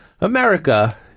America